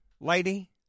lady